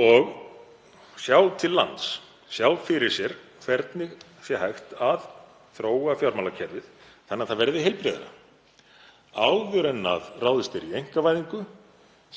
og sjá til lands, sjá fyrir sér hvernig hægt sé að þróa fjármálakerfið þannig að það verði heilbrigðra áður en ráðist er í einkavæðingu